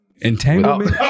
Entanglement